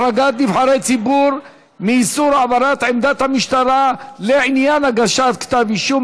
החרגת נבחרי ציבור מאיסור העברת עמדת המשטרה לעניין הגשת כתב אישום),